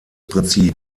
prinzip